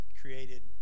created